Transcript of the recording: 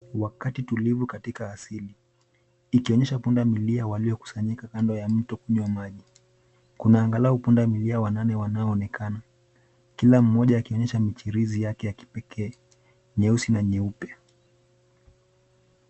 Wakati tulivu katika asili ikionyesha pundamilia waliokusanyika kando ya mto kunywa maji. Kuna angalau pundamilia wanane wanaonekana, kila mmoja akionyesha michirizi yake ya kipekee nyeusi na nyeupe.